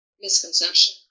misconception